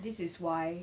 this is why